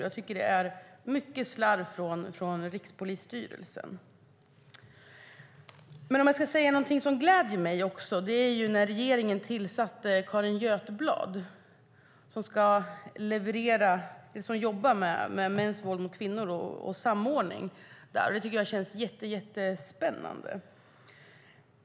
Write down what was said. Jag tycker att det är mycket slarv från Rikspolisstyrelsen. Det som gläder mig är att regeringen tillsatt Carin Götblad som samordnare i satsningen mot mäns våld mot kvinnor. Det känns jättespännande.